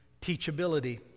teachability